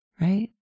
Right